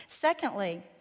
Secondly